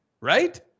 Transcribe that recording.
right